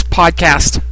podcast